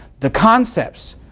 the concepts,